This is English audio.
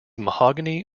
mahogany